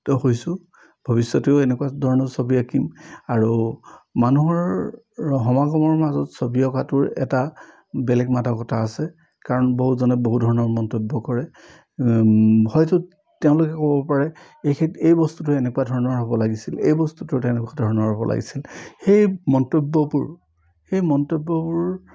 হৈছোঁ ভৱিষ্যতেও এনেকুৱা ধৰণৰ ছবি আঁকিম আৰু মানুহৰ সমাগমৰ মাজত ছবি অঁকাটোৰ এটা বেলেগ মাদকতা আছে কাৰণ বহুজনে বহু ধৰণৰ মন্তব্য কৰে হয়টো তেওঁলোকে ক'ব পাৰে এইখে এই বস্তুটো এনেকুৱা ধৰণৰ হ'ব লাগিছিল এই বস্তুটো তেনেকুৱা ধৰণৰ হ'ব লাগিছিল সেই মন্তব্যবোৰ সেই মন্তব্যবোৰ